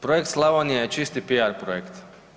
Projekt Slavonija je čisti piar projekt.